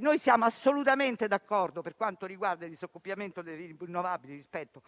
noi siamo assolutamente d'accordo per quanto riguarda il disaccoppiamento delle rinnovabili rispetto